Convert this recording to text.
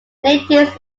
natives